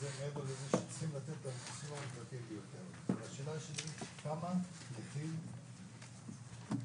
נכה שנשאר עם 3,700 שקלים